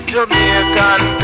Jamaican